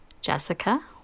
Jessica